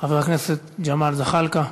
חבר הכנסת ג'מאל זחאלקה,